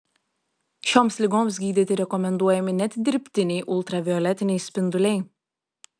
šioms ligoms gydyti rekomenduojami net dirbtiniai ultravioletiniai spinduliai